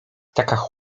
taka